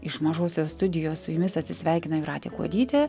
iš mažosios studijos su jumis atsisveikina jūratė kuodytė